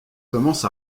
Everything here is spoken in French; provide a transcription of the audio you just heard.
commence